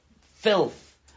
filth